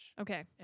Okay